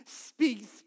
speaks